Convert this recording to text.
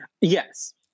Yes